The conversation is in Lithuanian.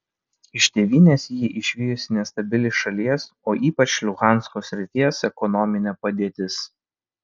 iš tėvynės jį išvijusi nestabili šalies o ypač luhansko srities ekonominė padėtis